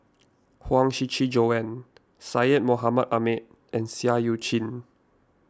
Huang Shiqi Joan Syed Mohamed Ahmed and Seah Eu Chin